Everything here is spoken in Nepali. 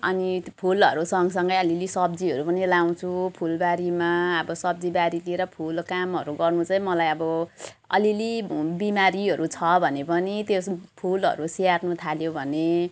अनि त्यो फुलहरू सँगसँगै अलिअलि सब्जीहरू पनि लगाउँछु फुलबारीमा अब सब्जीबारीतिर फुलको कामहरू गर्नु चाहिँ मलाई अब अलिअलि बिमारीहरू छ भने पनि त्यस फुलहरू स्याहार्नु थाल्यो भने